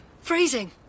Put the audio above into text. Freezing